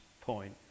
point